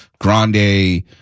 Grande